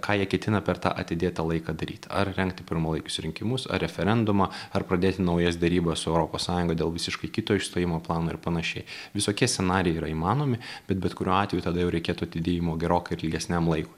ką jie ketina per tą atidėtą laiką daryt ar rengti pirmalaikius rinkimus ar referendumą ar pradėti naujas derybas su europos sąjunga dėl visiškai kito išstojimo plano ir panašiai visokie scenarijai yra įmanomi bet bet kuriuo atveju tada jau reikėtų atidėjimo gerokai ilgesniam laikui